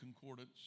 concordance